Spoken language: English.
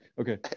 okay